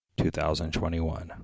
2021